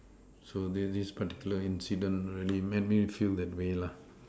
so this is particular incident really made me feel that way lah